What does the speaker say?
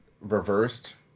reversed